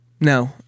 No